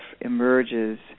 emerges